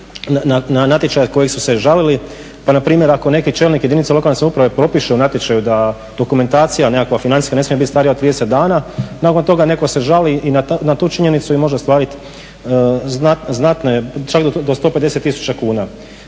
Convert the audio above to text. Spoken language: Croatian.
natječaja na koji su se žalili. Pa na primjer ako neki čelnik jedinice lokalne samouprave propiše u natječaju da dokumentacija nekakva financijska ne smije biti starija od 30 dana nakon toga netko se žali na tu činjenicu i može ostvariti znatne, čak do 150 tisuća kuna.